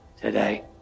today